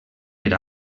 era